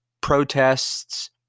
protests